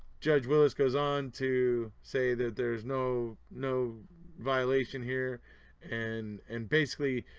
judge willis goes on to say that there's no no violation here and and basically.